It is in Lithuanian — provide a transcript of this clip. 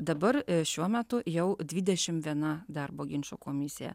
dabar šiuo metu jau dvidešimt viena darbo ginčų komisija